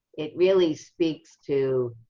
it really speaks to,